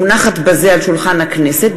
מונחת בזה על שולחן הכנסת,